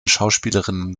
schauspielerinnen